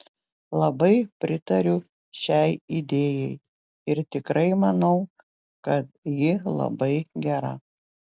labai pritariu šiai idėjai ir tikrai manau kad ji labai gera